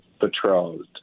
betrothed